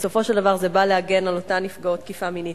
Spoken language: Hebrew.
בסופו של דבר זה בא להגן על אותן נפגעות תקיפה מינית.